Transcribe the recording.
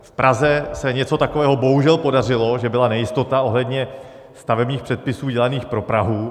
V Praze se něco takového bohužel podařilo, že byla nejistota ohledně stavebních předpisů dělaných pro Prahu.